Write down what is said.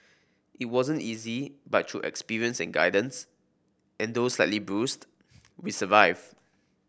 it wasn't easy but through experience and guidance and though slightly bruised we survive